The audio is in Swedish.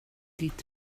ditt